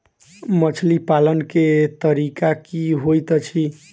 मछली पालन केँ तरीका की होइत अछि?